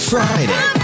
Friday